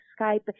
Skype